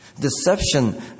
Deception